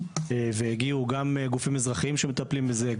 והגיעו גם גופים אזרחיים שמטפלים בזה,